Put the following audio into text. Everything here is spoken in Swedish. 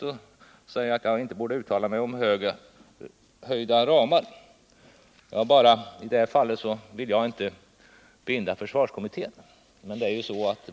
Han säger att jag inte borde uttala mig om vidgade ramar, men bakgrunden till mitt uttalande var just att jag inte ville binda försvarskommittén.